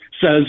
says